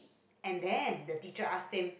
and then the teacher asked him